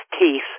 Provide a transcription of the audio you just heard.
teeth